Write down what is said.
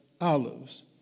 olives